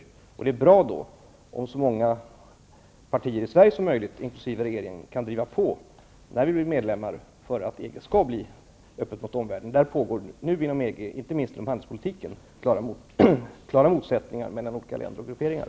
Det är då bra när vi blir medlemmar om så många partier som möjligt i Sverige och regeringen kan driva på för att EG skall bli öppet mot omvärlden. Det finns nu inom EG, inte minst inom handelspolitiken, klara motsättningar mellan olika länder och grupperingar,